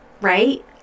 right